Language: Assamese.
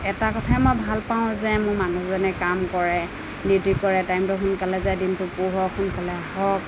এটা কথাই মই ভাল পাওঁ যে মোৰ মানুহজনে কাম কৰে ডিউটি কৰে টাইমটো সোনকালে যায় দিনটো পোহৰ সোনকালে হওঁক